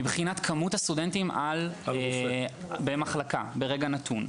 מבחינת כמות הסטודנטים במחלקה ברגע נתון.